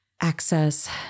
access